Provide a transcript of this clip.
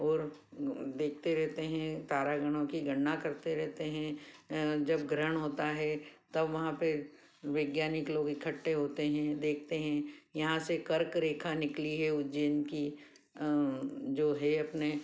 और देखते रहते हैं तारागणों की गणना करते रहते हैं जब ग्रहण होता हैं तब वहाँ पे वैज्ञानिक लोग इकट्ठे होते हैं देखते हैं यहाँ से कर्क रेखा निकली है उज्जैन की जो है अपने